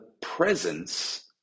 presence